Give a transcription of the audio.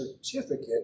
certificate